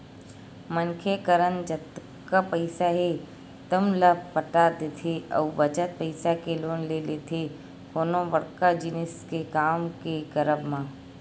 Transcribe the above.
मनखे करन जतका पइसा हे तउन ल पटा देथे अउ बचत पइसा के लोन ले लेथे कोनो बड़का जिनिस के काम के करब म